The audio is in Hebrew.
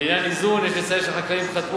לעניין איזון זה יש לציין שהחקלאים חתמו